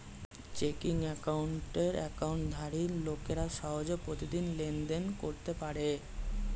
checking অ্যাকাউন্টের অ্যাকাউন্টধারী লোকেরা সহজে প্রতিদিন লেনদেন করতে পারে